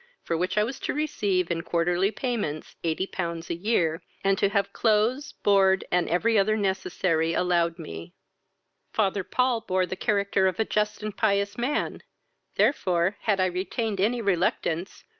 for which i was to receive in quarterly payments eighty pounds a year, and to have clothes, board, and every other necessary, allowed me father paul bore the character of a just and pious man therefore, had i retained any reluctance,